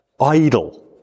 idle